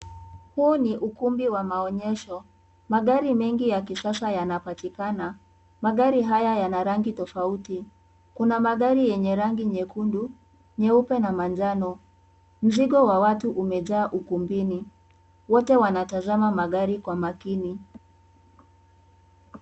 Huu ni ukumbi wa maonyesho, magari mengi ya kisasa yanapatikana. Magari haya yana rangi tofauti, kuna magari yenye rangi nyekundu, nyeupe na manjano. Mzigo wa watu umejaa ukumbini wote wanatazama magari kwa makini.